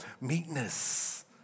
meekness